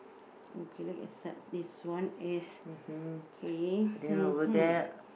okay let us start this one as okay hmm